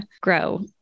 grow